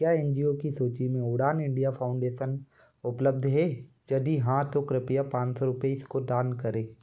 क्या N G O की सूची में उड़ान इंडिया फ़ाउंडेसन उपलब्ध है जदि हाँ तो कृपया पाँच सौ रुपए इसको दान करें